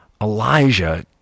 Elijah